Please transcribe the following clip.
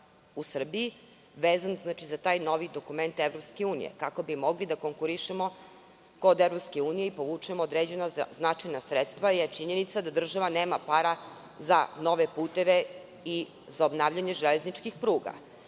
u Srbiji, vezanu za taj novi dokument EU, kako bi mogli da konkurišemo kod EU i povučemo određena značajna sredstva, jer činjenica je da država nema para za nove puteve i za obnavljanje železničkih pruga.